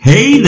Hey